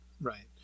right